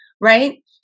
right